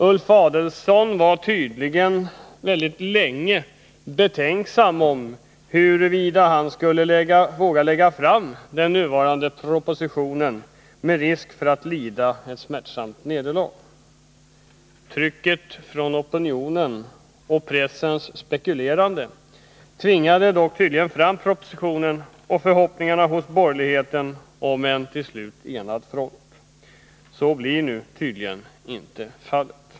Ulf Adelsohn var tydligen väldigt länge betänksam huruvida han skulle våga lägga fram propositionen, med risk för att lida ett smärtsamt nederlag. Trycket från opinionen och pressens spekulerande tvingade dock tydligen fram en proposition och resulterade i förhoppningar hos borgerligheten om en till slut enad front. Så blir nu tydligen inte fallet.